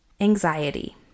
anxiety